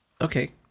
Okay